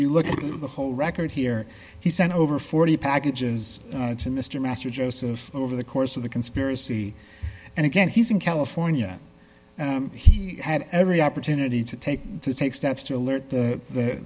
you look at the whole record here he sent over forty packages to mr master joseph over the course of the conspiracy and again he's in california he had every opportunity to take take steps to alert